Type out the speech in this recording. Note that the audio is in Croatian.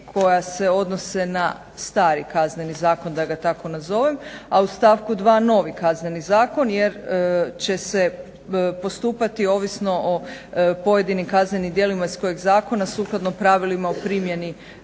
koja se odnose na stari KZ, da ga tako nazovem, a u stavku 2. novi KZ jer će se postupati ovisno o pojedinim kaznenim djelima iz kojeg zakona sukladno pravilima o primjeni